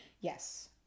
Yes